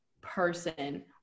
person